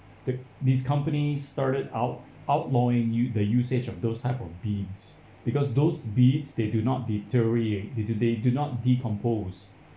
the this company started out outlawing you the usage of those type of beads because those beads they do not deteriorate they do they do not decompose